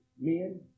Men